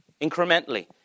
Incrementally